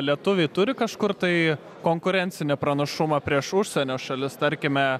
lietuviai turi kažkur tai konkurencinį pranašumą prieš užsienio šalis tarkime